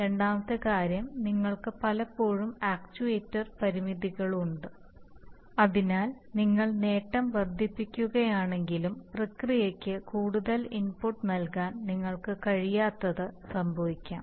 രണ്ടാമത്തെ കാര്യം നിങ്ങൾക്ക് പലപ്പോഴും ആക്ച്യുവേറ്റർ പരിമിതികളുണ്ട് അതിനാൽ നിങ്ങൾ നേട്ടം വർദ്ധിപ്പിക്കുകയാണെങ്കിലും പ്രക്രിയയ്ക്ക് കൂടുതൽ ഇൻപുട്ട് നൽകാൻ നിങ്ങൾക്ക് കഴിയാത്തത് സംഭവിക്കാം